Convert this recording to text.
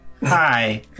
Hi